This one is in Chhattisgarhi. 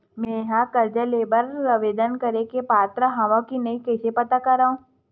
मेंहा कर्जा ले बर आवेदन करे के पात्र हव की नहीं कइसे पता करव?